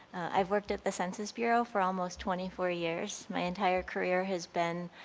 i've worked at the census bureau for almost twenty four years. my entire career has been